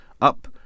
up